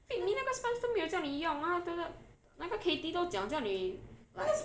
Fit Me 那个 sponge 都没有叫你用它 那个 katie 都讲叫你 like